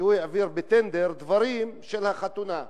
כשהוא העביר בטנדר דברים של החתונה.